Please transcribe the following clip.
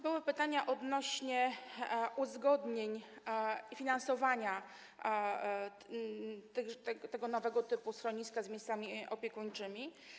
Były pytania odnośnie do uzgodnień i finansowania nowego typu schroniska z miejscami opiekuńczymi.